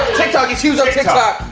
tiktok, he's huge on tiktok.